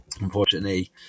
Unfortunately